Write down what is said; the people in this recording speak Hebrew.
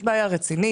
יש בעיה רצינית.